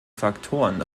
faktoren